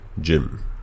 Jim